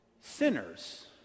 sinners